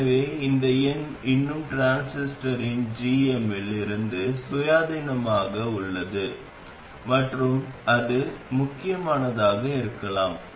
எனவே இந்த எண் இன்னும் டிரான்சிஸ்டரின் gm இல் இருந்து சுயாதீனமாக உள்ளது மற்றும் அது முக்கியமானதாக இருக்கலாம்